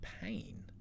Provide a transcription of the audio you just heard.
pain